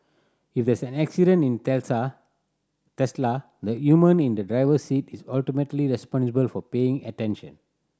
if there's an accident in the human in the driver's seat is ultimately responsible for paying attention